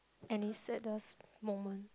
any saddest moment